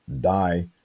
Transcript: die